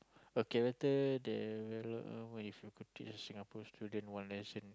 okay your turn if you could teach Singapore student one lesson